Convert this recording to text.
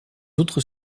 autres